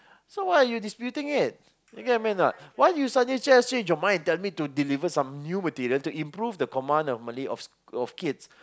so why are you disputing it you get what I mean or not why you suddenly just change your mind and tell me to deliver some new material to improve the command of Malay of s~ of kids